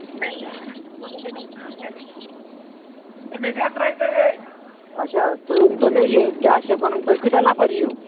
اچھا تُہۍ ؤنۍتو مےٚ یہِ کیٛاہ چھِ اَتھ وَنان تُہۍ کۭتیٛاہ نَفر یِیِو